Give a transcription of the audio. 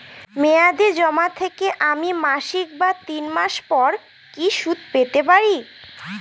মেয়াদী জমা থেকে আমি মাসিক বা তিন মাস পর কি সুদ পেতে পারি?